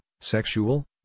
sexual